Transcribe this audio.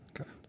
okay